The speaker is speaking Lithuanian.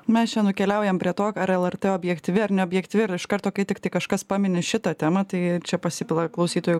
mes čia nukeliaujam prie to ar lrt objektyvi ar neobjektyvi iš karto kai tik kažkas pamini šitą temą tai čia pasipila klausytojų